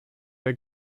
der